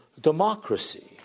democracy